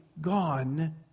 gone